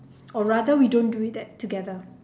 or rather we don't do it that together